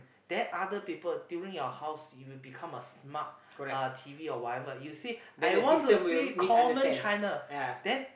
then other people during your house you become a smart uh t_v or whatever you see I want to see common China then